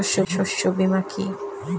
শস্য বীমা কি?